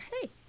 hey